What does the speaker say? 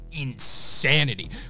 insanity